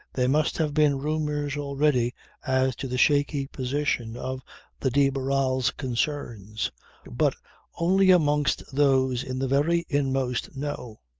there must have been rumours already as to the shaky position of the de barral's concerns but only amongst those in the very inmost know.